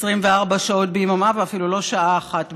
24 שעות ביממה, ואפילו לא שעה אחת ביממה,